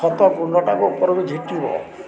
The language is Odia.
ଖତ ପୂର୍ଣ୍ଣଟାକୁ ଉପରକୁ ଝିଟିବ